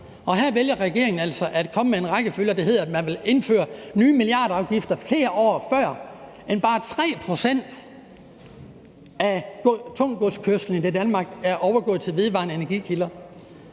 Her vælger regeringen altså at komme med en rækkefølge, hvor man vil indføre nye milliardafgifter, flere år før bare 3 pct. af kørslen med tungt gods i Danmark er overgået til at foregå ved